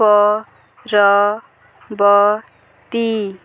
ପରବର୍ତ୍ତୀ